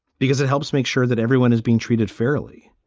because it helps make sure that everyone is being treated fairly.